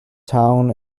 town